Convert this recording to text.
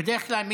בדרך כלל,